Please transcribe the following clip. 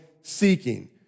seeking